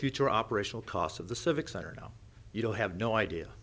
future operational costs of the civic center now you'll have no idea